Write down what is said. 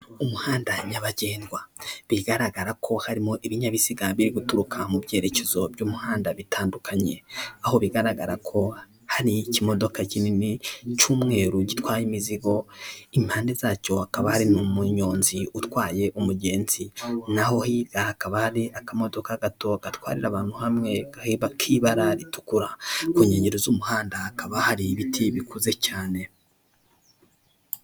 Umuhanda nyabagendwa bigaragarako harimo ibinyabiziga biri guturuka mu byerekezo by'umuhanda bitandukanye, aho bigaragarako hariho ikimodoka kinini cy'umweru gitwaye imizigo, impande zacyo hakaba hari umunyonzi utwaye umugenzi n'aho hirya hakaba hari akamodoka gato gatwarira abantu hamwe k'ibara ritukura. Ku nkengero z'umuhanda hakaba hari ibiti bikuze cyane.